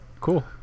Cool